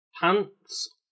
pants